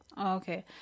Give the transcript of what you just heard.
Okay